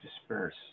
disperse